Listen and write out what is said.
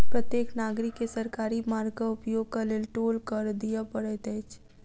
प्रत्येक नागरिक के सरकारी मार्गक उपयोगक लेल टोल कर दिअ पड़ैत अछि